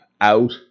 out